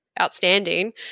outstanding